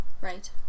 Right